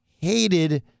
hated